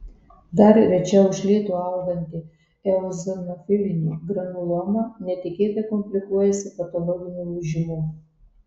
dar rečiau iš lėto auganti eozinofilinė granuloma netikėtai komplikuojasi patologiniu lūžimu